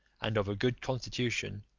and of a good constitution,